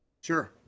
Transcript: Sure